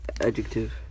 Adjective